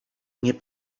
nie